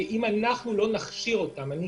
אם אנחנו לא נכשיר אותם, אני